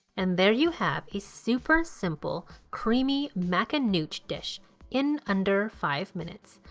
and there you have a super simple, creamy mac and nooch dish in under five minutes.